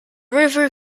river